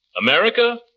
America